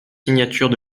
signatures